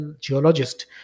geologist